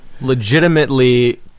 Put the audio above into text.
legitimately